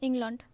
England